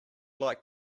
like